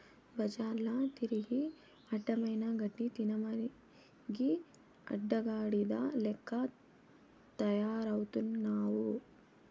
బజార్ల తిరిగి అడ్డమైన గడ్డి తినమరిగి అడ్డగాడిద లెక్క తయారవుతున్నావు